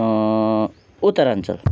Uttaranchal